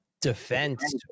defense